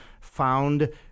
found